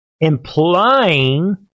implying